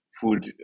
food